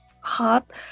hot